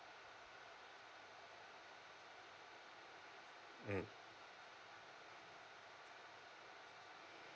mm